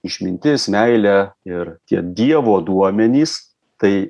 išmintis meilė ir tie dievo duomenys tai